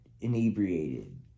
inebriated